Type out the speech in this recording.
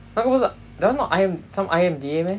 哪个不是 that [one] not IM~ some I_M_D_A meh